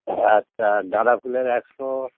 আচ্ছা আর গাঁদা ফুলের একশো